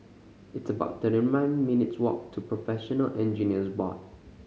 it's about thirty nine minutes' walk to Professional Engineers Board